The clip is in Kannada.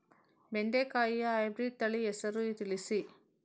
ಬೆಂಡೆಕಾಯಿಯ ಹೈಬ್ರಿಡ್ ತಳಿ ಹೆಸರು ತಿಳಿಸಿ?